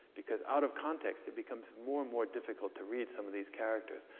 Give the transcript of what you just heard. because out of context, it becomes more and more difficult to read some of these characters.